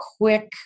quick